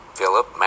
Philip